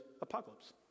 apocalypse